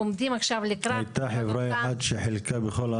הייתה חברה אחת שחילקה בכל הארץ?